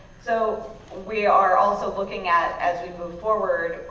so we are also looking at, as we move forward,